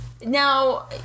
Now